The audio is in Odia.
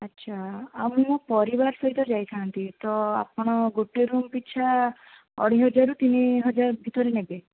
ଆଚ୍ଛା ଆଉ ମୁଁ ମୋ ପରିବାର ସହିତ ଯାଇଥାନ୍ତି ତ ଆପଣ ଗୋଟେ ରୁମ୍ ପିଛା ଅଢ଼େଇ ହଜାରରୁ ତିନିହଜାର ଭିତରେ ନେବେ